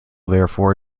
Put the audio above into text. therefore